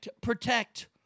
protect